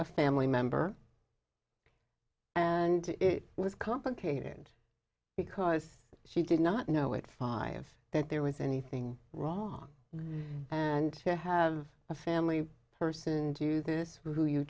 a family member and it was complicated because she did not know it five that there was anything wrong and to have a family person do this who you